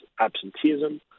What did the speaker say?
absenteeism